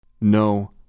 No